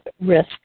risk